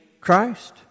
Christ